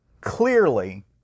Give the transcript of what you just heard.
clearly